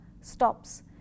stops